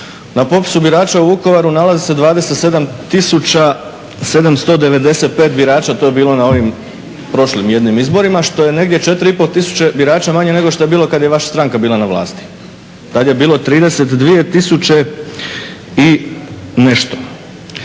na popisu birača u Vukovara nalazi se 27 tisuća 795 birača, to je bilo na ovim prošlim jednim izborima, što je negdje 4 i pol tisuće birača manje nego što je bilo kada je vaša stranka bila na vlasti. Tada je bilo 32 tisuće i nešto,